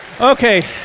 Okay